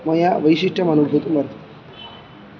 मया वैशिष्ट्यं अनुभूतम् वर्तते